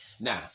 Now